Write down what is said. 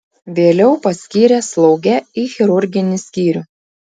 vėliau paskyrė slauge į chirurginį skyrių